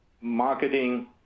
marketing